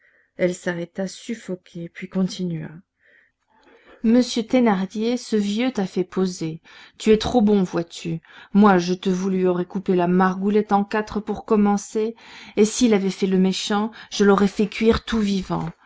elle s'arrêta suffoquée puis continua monsieur thénardier ce vieux t'a fait poser tu es trop bon vois-tu moi je te vous lui aurais coupé la margoulette en quatre pour commencer et s'il avait fait le méchant je l'aurais fait cuire tout vivant